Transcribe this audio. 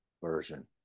version